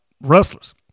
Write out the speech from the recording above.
wrestlers